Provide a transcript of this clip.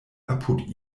apud